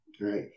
Right